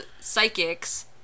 psychics